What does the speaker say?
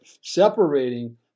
separating